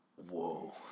Whoa